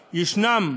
ושנים,